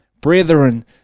Brethren